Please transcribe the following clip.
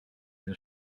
the